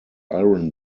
iron